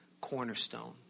cornerstone